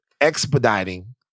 expediting